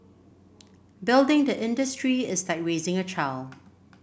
building the industry is like raising a child